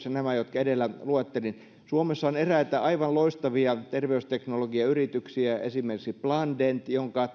ja nämä jotka edellä luettelin suomessa on eräitä aivan loistavia terveysteknologiayrityksiä esimerkiksi plandent jonka